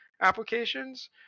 applications